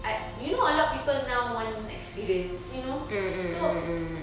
I you know a lot of people now want experience you know so